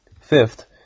Fifth